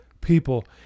people